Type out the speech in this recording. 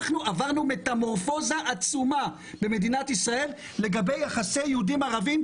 אנחנו עברנו מטמורפוזה עצומה במדינת ישראל לגבי יחסים יהודים-ערבים.